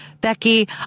Becky